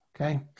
okay